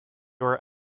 were